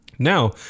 Now